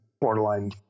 borderline